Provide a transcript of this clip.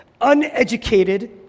uneducated